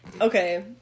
Okay